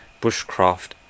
bushcraft